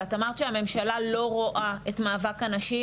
ואת אמרת שהממשלה לא רואה את מאבק הנשים